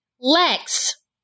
Lex